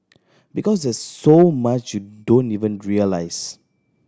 because there's so much you don't even realise